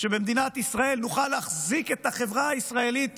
שבמדינת ישראל נוכל להחזיק את החברה הישראלית